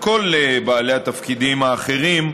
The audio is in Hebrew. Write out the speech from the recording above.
בכל בעלי התפקידים האחרים: